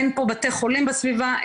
אין פה בתי חולים בסביבה,